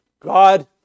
God